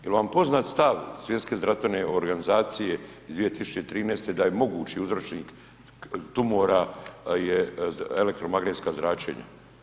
Jel vam poznat stav Svjetske zdravstvene organizacije 2013. da je mogući uzročnik tumora je elektromagnetsko zračenje?